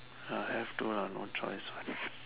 I have to lah no choice what